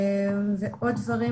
ערוך.